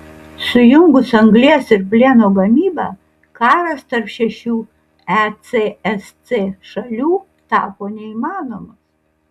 sujungus anglies ir plieno gamybą karas tarp šešių ecsc šalių tapo neįmanomas